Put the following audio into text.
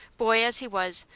boy as he was,